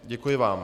Děkuji vám.